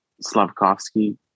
Slavkovsky